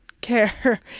care